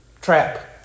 trap